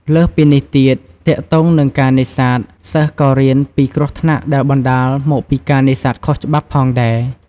លើសពីនេះទៀត ទាក់ទងនឹងការនេសាទសិស្សក៏រៀនពីគ្រោះថ្នាក់ដែលបណ្ដាលមកពីការនេសាទខុសច្បាប់ផងដែរ។